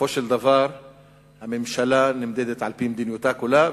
בסופו של דבר הממשלה נמדדת על-פי מדיניותה כולה,